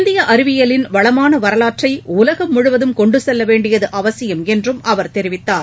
இந்திய அறிவியலின் வளமான வரலாற்றை உலகம் முழுவதும் கொண்டு செல்ல வேண்டியது அவசியம் என்றும் அவர் தெரிவித்தார்